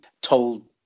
told